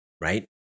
right